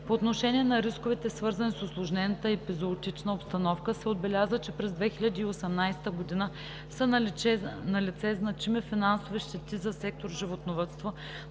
По отношение на рисковете, свързани с усложнената епизоотична обстановка, се отбелязва, че през 2018 г. са налице значими финансови щети за сектор животновъдство,